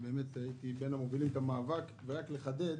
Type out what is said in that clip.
שהייתי בין מובילי המאבק הזה, ורק לחדד: